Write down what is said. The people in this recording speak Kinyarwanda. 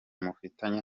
mufitanye